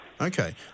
okay